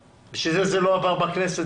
בשביל זה זה לא עבר בכנסת,